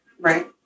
Right